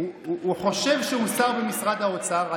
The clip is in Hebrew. הוא חושב שהוא שר במשרד האוצר.